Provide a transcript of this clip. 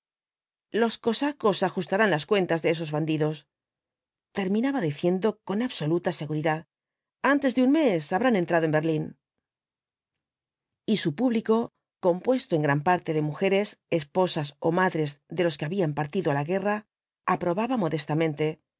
los cosacos ajustarán las cuentas á esos bandidos terminaba diciendo con absoluta seguridad antes de un mes habrán entrado en berlín y su público compuesto en gran parte de mujeres esposas ó madres de los que habían partido á la guerra aprobaba modestamente